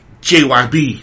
JYB